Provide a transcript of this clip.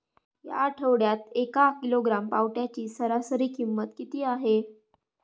या आठवड्यात एक किलोग्रॅम पावट्याची सरासरी किंमत किती आहे?